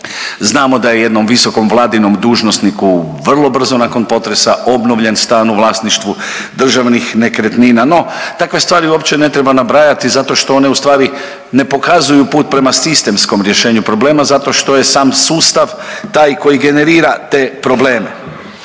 znamo da je jednom visokom Vladinom dužnosniku vrlo brzo nakon potresa obnovljen stan u vlasništvu Državnih nekretnina, no takve stvari uopće ne treba nabrajati zato što one ustvari ne pokazuju put prema sistemskom rješenju problema, zato što je sam sustav taj koji generira te probleme.